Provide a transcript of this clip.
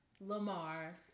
Lamar